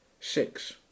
Six